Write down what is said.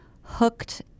hooked